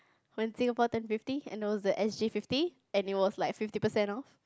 when Singapore turn fifty and it was the S_G fifty and it was like fifty percent off